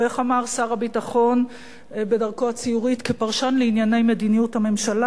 או איך אמר שר הביטחון בדרכו הציורית כפרשן לענייני מדיניות הממשלה,